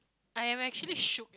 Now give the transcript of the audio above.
I am actually shook eh